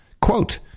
Quote